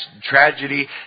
tragedy